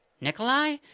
Nikolai